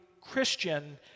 Christian